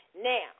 Now